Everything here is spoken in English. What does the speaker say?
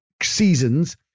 Seasons